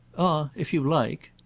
ah if you like.